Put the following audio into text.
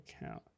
account